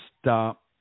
stop